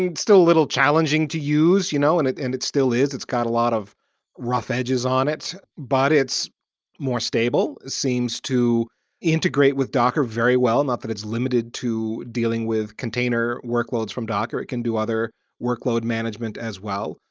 and still a little challenging to use you know and and it's still is. it's got a lot of rough edges on it, but it's more stable, seems to integrate with docker very well. not that it's limited to dealing with container workloads from docker. it can do other workload management as well.